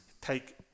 take